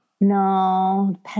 No